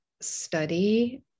study